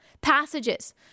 Passages